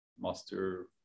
master